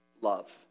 love